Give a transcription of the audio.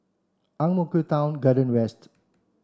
Ang Mo Kio Town Garden West